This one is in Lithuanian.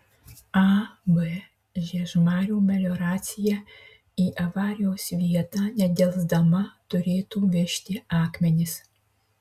ab žiežmarių melioracija į avarijos vietą nedelsdama turėtų vežti akmenis